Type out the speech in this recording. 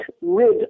rid